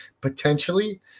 potentially